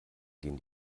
gehen